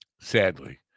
Sadly